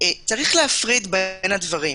יש להפריד בין הדברים.